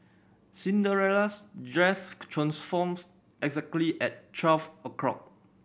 Cinderella's dress transforms exactly at twelve o'clock